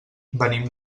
venim